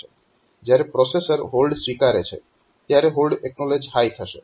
જ્યારે processor hold સ્વીકારે છે ત્યારે HLDA હાય થશે